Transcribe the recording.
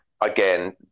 again